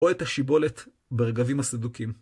או את השיבולת ברגבים הסדוקים.